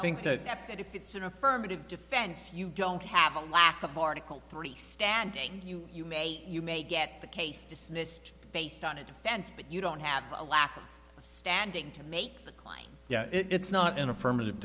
think that if it's an affirmative defense you don't have a lack of article three standing you may you may get the case dismissed based on a defense but you don't have a lack of standing to make the client it's not an affirmative